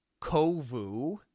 Kovu